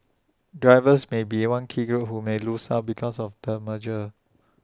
drivers may be one key group who may lose out because of the merger